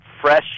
fresh